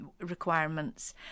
requirements